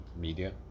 media